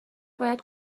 باید